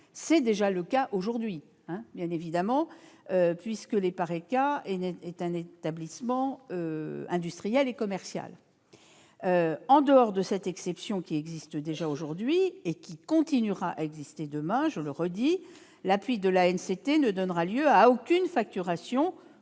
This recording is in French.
C'est déjà le cas actuellement, puisque l'EPARECA est un établissement public industriel et commercial. En dehors de cette exception, qui existe déjà aujourd'hui et qui continuera à exister demain, l'appui de l'ANCT ne donnera lieu à aucune facturation